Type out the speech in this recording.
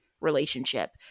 relationship